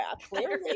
clearly